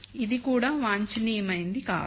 ఇది కూడా వాంఛనీయమైనది కాదు